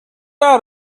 out